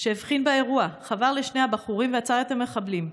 הבחין באירוע, חבר לשני הבחורים ועצר את המחבלים.